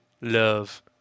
love